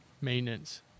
maintenance